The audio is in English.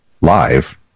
live